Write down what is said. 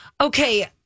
Okay